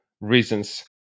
reasons